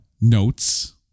notes